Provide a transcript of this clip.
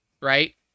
right